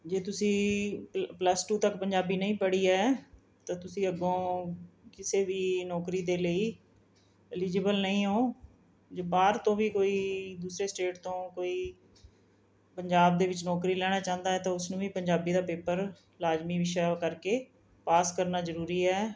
ਜੇ ਤੁਸੀਂ plus two ਤੱਕ ਪੰਜਾਬੀ ਨਹੀਂ ਪੜ੍ਹੀ ਹੈ ਤਾਂ ਤੁਸੀਂ ਅੱਗੋਂ ਕਿਸੇ ਵੀ ਨੌਕਰੀ ਦੇ ਲਈ ਐਲੀਜੀਬਲ ਨਹੀਂ ਓਂ ਬਾਹਰ ਤੋਂ ਵੀ ਕੋਈ ਦੂਸਰੇ ਸਟੇਟ ਤੋਂ ਕੋਈ ਪੰਜਾਬ ਦੇ ਵਿੱਚ ਨੌਕਰੀ ਲੈਣਾ ਚਾਹੁੰਦਾ ਤਾਂ ਉਸਨੂੰ ਵੀ ਪੰਜਾਬੀ ਦਾ ਪੇਪਰ ਲਾਜ਼ਮੀ ਵਿਸ਼ਾ ਕਰਕੇ ਪਾਸ ਕਰਨਾ ਜ਼ਰੂਰੀ ਹੈ